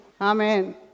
Amen